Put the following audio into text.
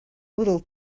little